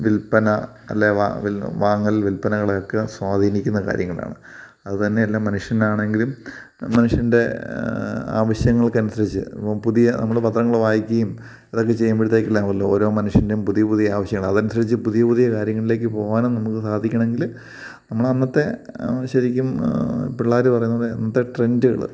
വിൽപ്പന അല്ലേ വാങ്ങൽ വിൽപ്പനകളൊക്കെ സ്വാധീനിക്കുന്ന കാര്യങ്ങളാണ് അതു തന്നെയല്ല മനുഷ്യനാണെങ്കിലും മനുഷ്യൻ്റെ ആവശ്യങ്ങൾക്ക് അനുസരിച്ച് പുതിയ നമ്മൾ പത്രങ്ങൾ വായിക്കുകയും അതൊക്കെ ചെയ്യുമ്പോഴത്തേക്ക് ആണല്ലോ നമ്മൾ ഓരോ മനുഷ്യൻ്റേയും പുതിയ പുതിയ ആവശ്യങ്ങൾ അത് അനുസരിച്ച് പുതിയ പുതിയ കാര്യങ്ങളിലേക്ക് പോവാനും നമുക്ക് സാധിക്കണമെങ്കിൽ നമ്മൾ അന്നത്തെ ശരിക്കും പിള്ളേർ പറയുന്ന ഇന്നത്തെ ട്രെൻഡുകൾ